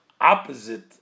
opposite